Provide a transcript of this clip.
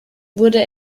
wurde